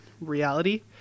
reality